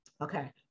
Okay